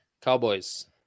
Cowboys